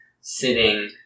sitting